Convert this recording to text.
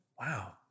Wow